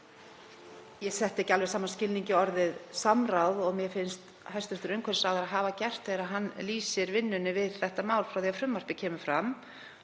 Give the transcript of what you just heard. ég ekki alveg sama skilningi orðið samráð og mér finnst hæstv. umhverfisráðherra gera þegar hann lýsir vinnunni við þetta mál frá því að frumvarpið kom fram